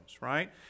right